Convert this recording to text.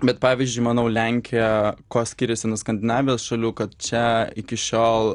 bet pavyzdžiui manau lenkija kuo skiriasi nuo skandinavijos šalių kad čia iki šiol